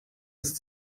ist